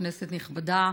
כנסת נכבדה,